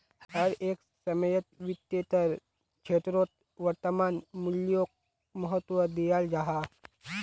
हर एक समयेत वित्तेर क्षेत्रोत वर्तमान मूल्योक महत्वा दियाल जाहा